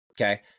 Okay